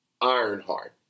Ironheart